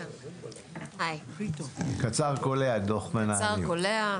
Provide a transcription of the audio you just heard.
קצר וקולע.